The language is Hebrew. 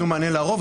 נתנו מענה לרוב.